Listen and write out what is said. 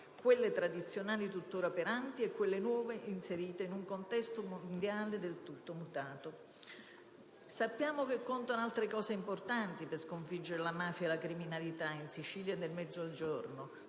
quelle tradizionali tuttora operanti e quelle nuove inserite in un contesto mondiale del tutto mutato. Sappiamo che contano altri importanti elementi per sconfiggere la mafia e la criminalità in Sicilia e nel Mezzogiorno.